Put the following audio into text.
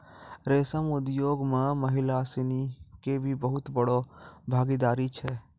रेशम उद्योग मॅ महिला सिनि के भी बहुत बड़ो भागीदारी छै